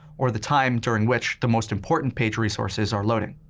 or the time during which the most important page resources are loading.